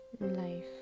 Life